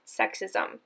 sexism